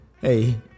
Hey